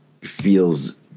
feels